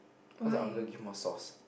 cause the uncle give more sauce